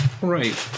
Right